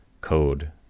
code